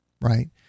Right